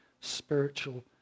spiritual